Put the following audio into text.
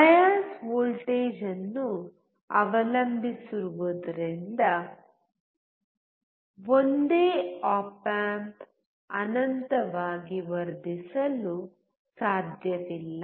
bias voltage ಅನ್ನು ಅವಲಂಬಿಸಿರುವುದರಿಂದ ಒಂದೇ ಆಪ್ ಆಂಪ್ ಅನಂತವಾಗಿ ವರ್ಧಿಸಲು ಸಾಧ್ಯವಿಲ್ಲ